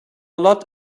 lot